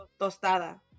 tostada